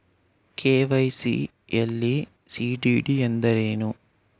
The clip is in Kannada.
ಕೆ.ವೈ.ಸಿ ಯಲ್ಲಿ ಸಿ.ಡಿ.ಡಿ ಎಂದರೇನು?